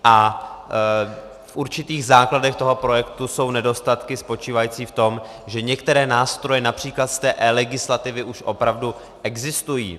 A v určitých základech toho projektu jsou nedostatky spočívající v tom, že některé nástroje například z eLegislativy už opravdu existují.